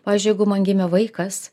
pavyzdžiui jeigu man gimė vaikas